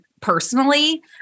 personally